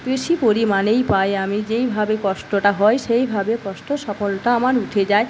বেশি পরিমাণেই পাই আমি যেইভাবে কষ্টটা হয় সেইভাবে কষ্ট সফলটা আমার উঠে যায়